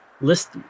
list